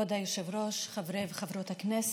כבוד היושב-ראש, חברי וחברות הכנסת,